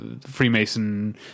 Freemason